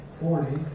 forty